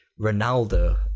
Ronaldo